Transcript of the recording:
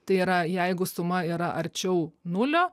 tai yra jeigu suma yra arčiau nulio